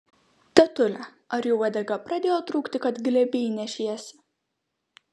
tetule ar jau uodega pradėjo trūkti kad glėby nešiesi